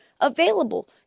available